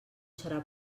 serà